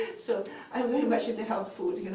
so i'm very much into health food.